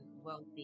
wealthy